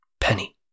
Penny